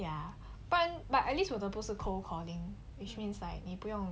ya 不然 but at least 我的不是 cold calling which means like 你不用